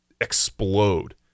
explode